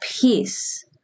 peace